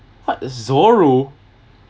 what a zoro